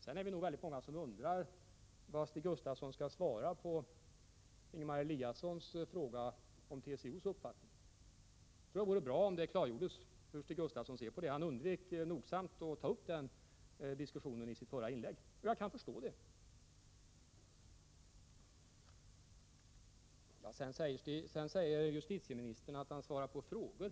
Sedan är det nog väldigt många som liksom jag undrar vad Stig Gustafsson skall svara på Ingemar Eliassons fråga om TCO:s uppfattning härvidlag. Jag tror att det vore bra om det klargjordes hur Stig Gustafsson ser på den saken. Han undvek nogsamt att ta upp den diskussionen i sitt förra inlägg, och jag kan förstå det. Justitieministern säger att han svarar på frågor.